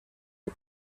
who